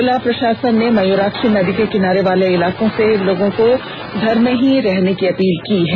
जिला प्रशासन ने मयूराक्षी नदी के किनारे वाले इलाके को लोगो से घर में ही रहने की अपील की है